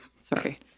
Sorry